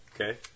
Okay